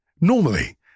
Normally